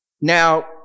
Now